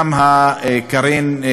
קארין,